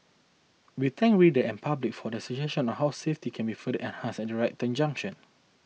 we thank reader and public for their suggestion on how safety can be further enhanced at right turn junction